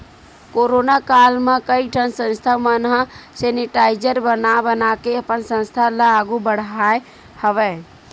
corona काल म कइ ठन संस्था मन ह सेनिटाइजर बना बनाके अपन संस्था ल आघु बड़हाय हवय